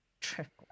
triple